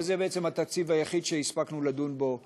וזה בעצם התקציב היחיד שהספקנו לדון בו היום.